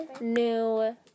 new